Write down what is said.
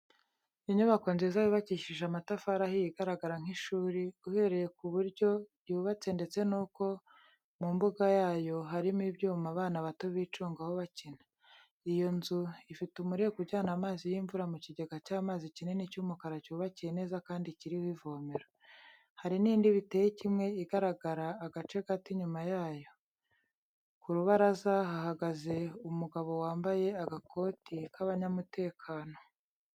Inyubako nziza yubakishije amatafari ahiye igaragara nk'ishuri, uhereye ku buryo yubatse ndetse n'uko mu mbuga yayo harimo ibyuma abana bato bicungaho bakina. Iyo nzu ifite umureko ujyana amazi y'imvura mu kigega cy'amazi kinini cy'umukara cyubakiye neza kandi kiriho ivomero. Hari n'indi biteye kimwe igaragara agace gato inyuma yayo. Ku rubaraza hahagaze umugabo wambaye agakoti k'abanyamutekano.